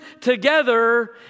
together